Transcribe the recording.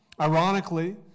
Ironically